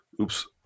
oops